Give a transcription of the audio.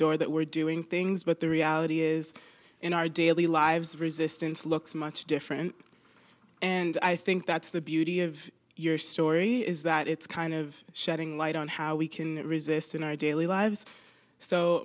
door that we're doing things but the reality is in our daily lives resistance looks much different and i think that's the beauty of your story is that it's kind of shedding light on how we can resist in our daily lives so